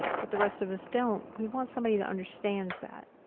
but the rest of us don't, we want somebody that understands that.